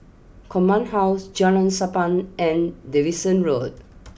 Command house Jalan Sappan and Davidson Road